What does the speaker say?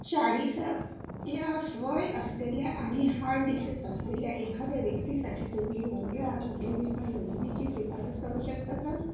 चाळीस यास वय असलेल्या आणि हार्ट डिसीस असलेल्या एखाद्या व्यक्तीसाठी तुम्ही योग्य आरोग्य विमा योजनेची शिफारस करू शकता का